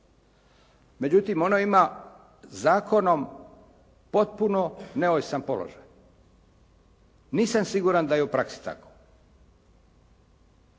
Međutim, ono ima zakonom potpuno neovisan položaj. Nisam siguran da je u praksi tako.